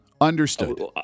Understood